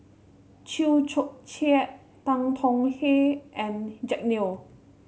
Chew Joo Chiat Tan Tong Hye and Jack Neo